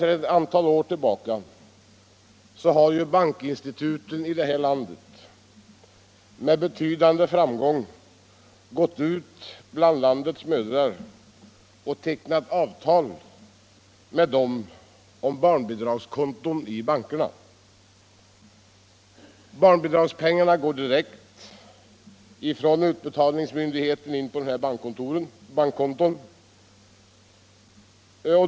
Sedan ett antal år har bankinstituten med betydande framgång gått ut och tecknat avtal med landets mödrar om barnbidragskonton i bankerna. Barnbidragspengarna går då direkt från den utbetalande myndigheten in på dessa bankkonton.